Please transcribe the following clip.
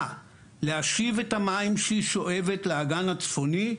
להשיב את המים שהיא שואבת לאגן הצפוני,